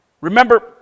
Remember